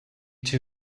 two